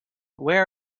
where